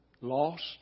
lost